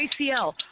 ACL